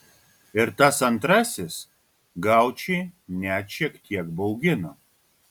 ir tas antrasis gaučį net šiek tiek baugino